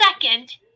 second